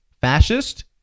fascist